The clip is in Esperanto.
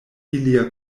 ilia